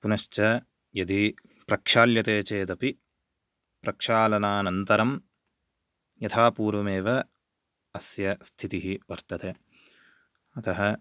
पुनश्च यदि प्रक्षाल्यते चेदपि प्रक्षालनान्तरं यथा पूर्वमेव अस्य स्थितिः वर्तते अतः